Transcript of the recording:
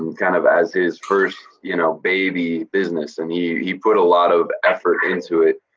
um kind of as his first y'know baby business and he he put a lot of effort into it,